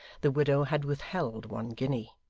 the widow had withheld one guinea.